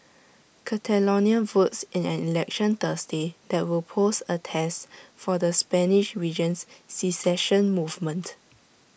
Catalonia votes in an election Thursday that will pose A test for the Spanish region's secession movement